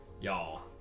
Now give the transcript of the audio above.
Y'all